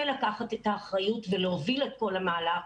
לקחת את האחריות ולהוביל את כל המהלך,